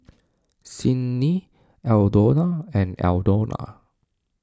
Sydnee Aldona and Aldona